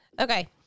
Okay